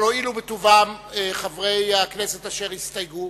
אבל הואילו בטובם חברי הכנסת אשר הסתייגו,